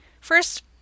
first